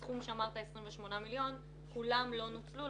הסכום שאמרת, 28 מיליון שקלים, כולם לא נוצלו.